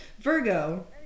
Virgo